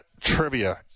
trivia